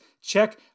check